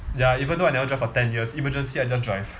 ya even though I never drive for ten years emergency I just drive